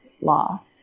Law